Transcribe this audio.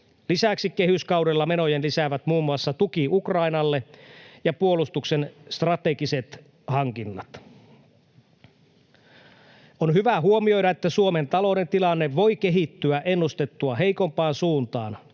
Lisäksi kehyskaudella menoja lisäävät muun muassa tuki Ukrainalle ja puolustuksen strategiset hankinnat. On hyvä huomioida, että Suomen talouden tilanne voi kehittyä ennustettua heikompaan suuntaan.